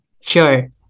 sure